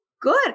good